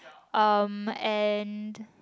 um and